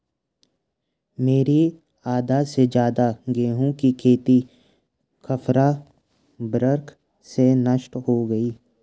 मेरी आधा से ज्यादा गेहूं की खेती खपरा भृंग से नष्ट हो गई